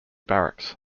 barracks